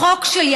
החוק שלי,